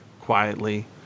quietly